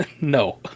no